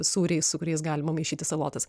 sūriais su kuriais galima maišyti salotas